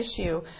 issue